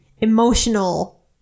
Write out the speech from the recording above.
emotional